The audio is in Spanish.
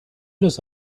los